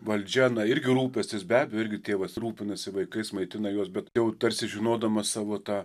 valdžia irgi rūpestis be abejo irgi tėvas rūpinasi vaikais maitina juos bet jau tarsi žinodamas savo tą